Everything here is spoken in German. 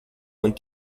und